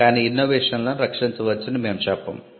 అన్ని ఇన్నోవేషన్ లను రక్షించవచ్చని మేము చెప్పము